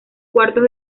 cuartos